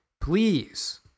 please